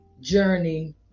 journey